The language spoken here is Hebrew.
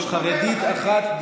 יש חרדית אחת,